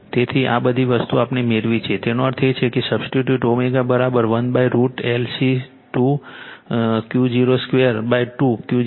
તેથી આ બધી વસ્તુ આપણે મેળવી છે તેનો અર્થ છે કે substitute ω 1√L C2 Q022 Q02 1